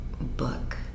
book